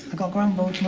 i got grumbled,